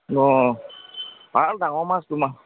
অঁ ভাল ডাঙৰ মাছ তোমাৰ